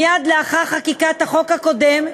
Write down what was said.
מייד לאחר חקיקת החוק הקודם,